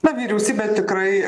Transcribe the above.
na vyriausybė tikrai